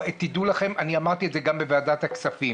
תדעו לכם, אני אמרתי את זה גם בוועדת הכספים